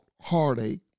heartache